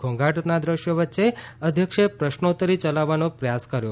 ઘોંઘાટનાં દ્રશ્યો વચ્ચે અધ્યક્ષે પ્રશ્નોત્તરી ચલાવવાનો પ્રયાસ કર્યો